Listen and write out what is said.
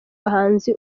bahanzi